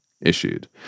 issued